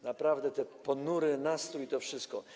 Naprawdę, ten ponury nastrój i to wszystko.